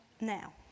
Now